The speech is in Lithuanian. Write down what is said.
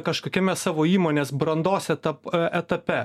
kažkokiame savo įmonės brandos etap etape